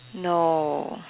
no